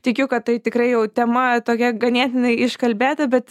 tikiu kad tai tikrai jau tema tokia ganėtinai iškalbėta bet